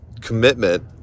commitment